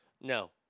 no